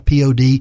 POD